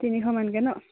তিনিশ মানকে ন